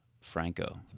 franco